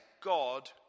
God